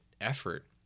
effort